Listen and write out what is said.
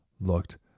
looked